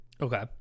Okay